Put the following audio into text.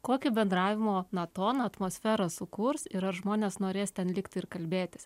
kokį bendravimo na toną atmosferą sukurs ir ar žmonės norės ten likti ir kalbėtis